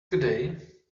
today